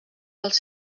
pels